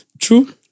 True